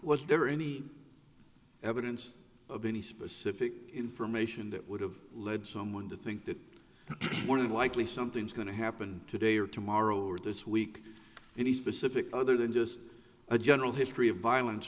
was there any evidence of any specific information that would have led someone to think that more likely something's going to happen today or tomorrow or this week very specific other than just a general history of violence